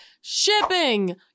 shipping